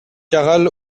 caral